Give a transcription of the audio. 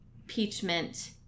impeachment